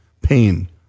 Pain